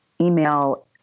email